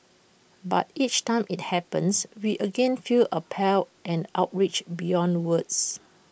but each time IT happens we again feel appalled and outraged beyond words